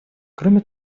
кроме